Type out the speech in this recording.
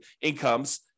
incomes